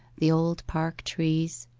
the old park trees.